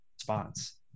response